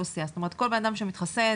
זאת אומרת כל בן אדם שמתחסן,